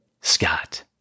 Scott